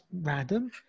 random